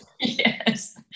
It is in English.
Yes